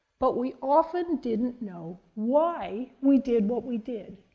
but we often didn't know why we did what we did.